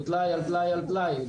הוא טלאי על טלאי על טלאי,